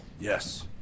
Yes